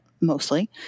mostly